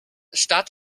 stadt